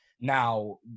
Now